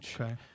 Okay